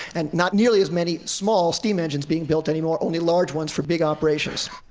and not nearly as many small steam engines being built anymore, only large ones for big operations.